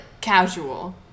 casual